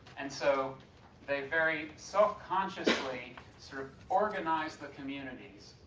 and so they very self consciously sort of organized the communities,